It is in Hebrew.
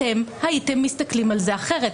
אתם הייתם מסתכלים על זה אחרת.